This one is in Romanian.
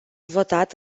votat